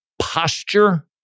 posture